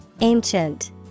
Ancient